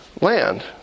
land